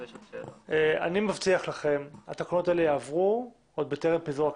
אני מבטיח לכם שהתקנות האלה יעברו עוד בטרם פיזור הכנסת.